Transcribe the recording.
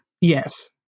Yes